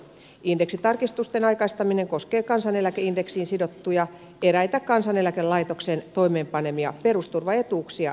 indeksitarkistusten aikaistaminen koskee kansaneläkeindeksiin sidottuja eräitä kansaneläkelaitoksen toimeenpanemia perusturvaetuuksia sekä toimeentulotukea